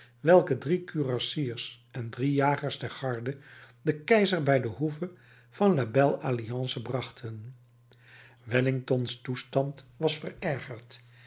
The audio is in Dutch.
welke drie kurassiers en drie jagers der garde den keizer bij de hoeve van la belle alliance brachten wellingtons toestand was verergerd